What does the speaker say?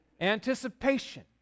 Anticipation